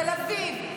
תל אביב,